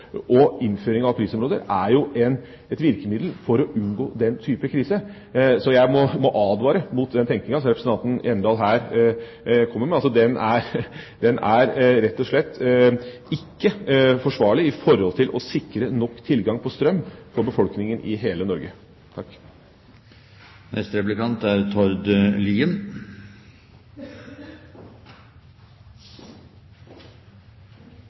Innføring av prisområder er jo et virkemiddel for å unngå den type krise. Så jeg må advare mot den tenkninga som representanten Hjemdal her kommer med. Den er rett og slett ikke forsvarlig i forhold til å sikre nok tilgang på strøm for befolkninga i hele Norge.